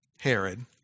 Herod